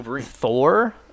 Thor